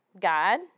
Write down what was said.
God